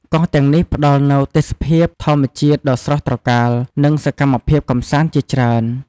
កោះទាំងនេះផ្តល់នូវទេសភាពធម្មជាតិដ៏ស្រស់ត្រកាល និងសកម្មភាពកម្សាន្តជាច្រើន។